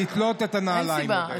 35,